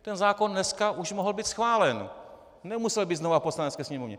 Ten zákon už dneska mohl být schválen, nemusel být znova v Poslanecké sněmovně.